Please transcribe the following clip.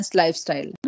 lifestyle